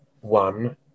one